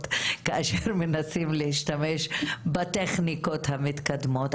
כאשר מנסים להשתמש בטכניקות המתקדמות.